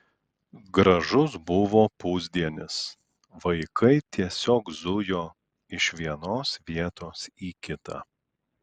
gražus buvo pusdienis vaikai tiesiog zujo iš vienos vietos į kitą